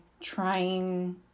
trying